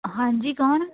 ਹਾਂਜੀ ਕੌਣ